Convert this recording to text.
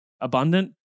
abundant